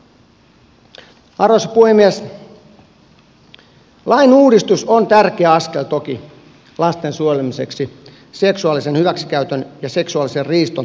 lain uudistus on tärkeä askel toki lasten suojelemiseksi seksuaalisen hyväksikäytön ja seksuaalisen riiston torjumiseksi